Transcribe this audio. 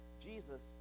Jesus